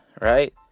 right